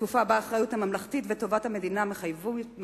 בתקופה שבה האחריות הממלכתית וטובת המדינה מחייבות